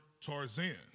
Tarzan